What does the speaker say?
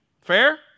Fair